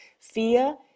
fear